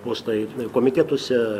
postai komitetuose